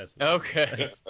Okay